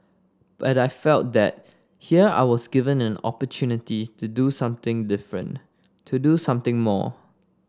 but I felt that here I was given an opportunity to do something different to do something more